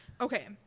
Okay